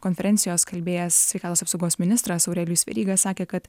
konferencijos kalbėjęs sveikatos apsaugos ministras aurelijus veryga sakė kad